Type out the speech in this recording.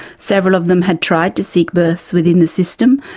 several of them had tried to seek births within the system,